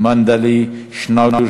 אין מתנגדים.